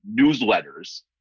newsletters